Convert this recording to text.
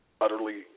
utterly